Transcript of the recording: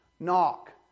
Knock